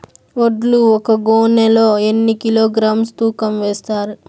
వడ్లు ఒక గోనె లో ఎన్ని కిలోగ్రామ్స్ తూకం వేస్తారు?